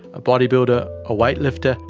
a bodybuilder, a weightlifter,